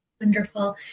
Wonderful